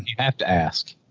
you have to ask,